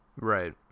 right